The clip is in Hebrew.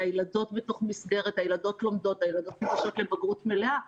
הילדות ניגשות לבגרות מלאה,